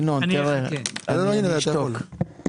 אני אשתוק.